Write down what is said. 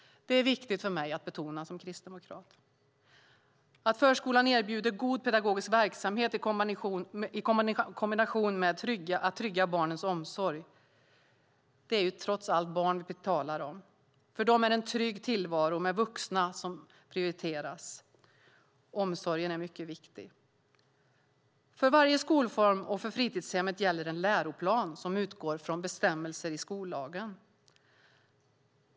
Det är viktigt att betona för mig som kristdemokrat. Förskolan ska erbjuda god pedagogisk verksamhet i kombination med att trygga barnens omsorg. Det är ju trots allt barn vi pratar om. För dem är en trygg tillvaro med vuxna som prioriterar omsorgen mycket viktig. För varje skolform och för fritidshemmet gäller en läroplan som utgår från bestämmelserna i skollagen.